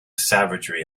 savagery